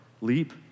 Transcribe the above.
leap